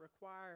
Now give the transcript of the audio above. require